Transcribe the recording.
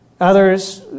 Others